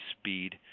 speed